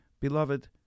Beloved